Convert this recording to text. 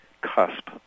cusp